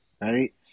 right